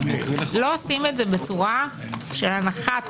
לא עושים את זה בצורה של הנחת